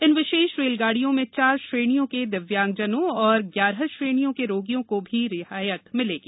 इन विशेष रेलगांडियों में चार श्रेणियों के दिव्यांगजनों और ग्यारह श्रेणियों के रोगियों को ही रियायत मिलेगी